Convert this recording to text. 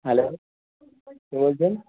hello কে বলছেন